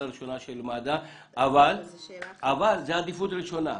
ראשונה של מד"א אבל זאת עדיפות ראשונה.